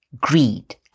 greed